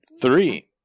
three